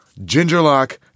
Gingerlock